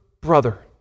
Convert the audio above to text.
Brother